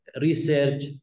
research